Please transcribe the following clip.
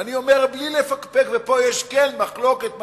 ואני אומר בלי לפקפק, ופה כן יש מחלוקת מהותית,